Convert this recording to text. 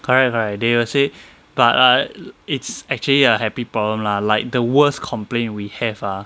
correct correct they will say but err it's actually a happy problem lah like the worst complain we have ah